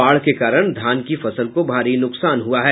बाढ़ के कारण धान की फसल को भारी नुकसान हुआ है